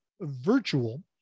virtual